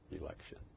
election